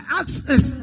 access